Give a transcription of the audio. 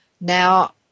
now